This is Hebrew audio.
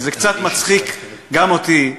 זה קצת מצחיק גם אותי,